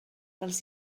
pels